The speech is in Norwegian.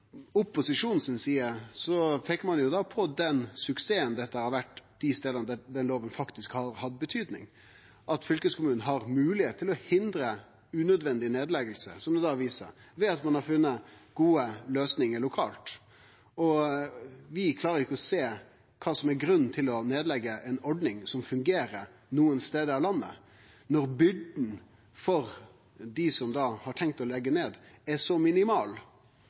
på den suksessen dette har vore dei stadene lova faktisk har hatt betydning, at fylkeskommunen har moglegheit til å hindre unødvendig nedlegging, som det har vist seg, ved at ein har funne gode løysingar lokalt. Vi klarer ikkje å sjå kva som er grunnen til å leggje ned ei ordning som fungerer nokre stader i landet, når byrda for dei som har tenkt å leggje ned, er så minimal.